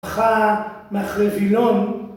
‫מחה מאחרי וילון.